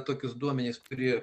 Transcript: tokius duomenis turi